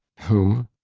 whom?